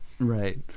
Right